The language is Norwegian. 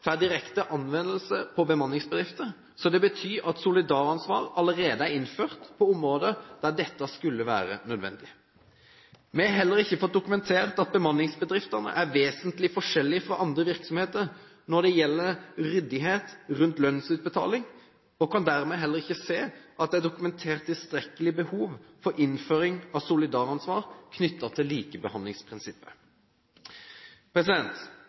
direkte anvendelse på bemanningsbedrifter, som betyr at solidaransvar allerede er innført på områder der dette skulle være nødvendig. Vi har heller ikke fått dokumentert at bemanningsbedriftene er vesentlig forskjellig fra andre virksomheter når det gjelder ryddighet rundt lønnsutbetaling, og kan dermed heller ikke se at det er dokumentert tilstrekkelig behov for innføring av solidaransvar knyttet til likebehandlingsprinsippet.